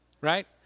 right